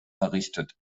errichtet